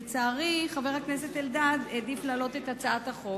לצערי, חבר הכנסת אלדד העדיף להעלות את הצעת החוק,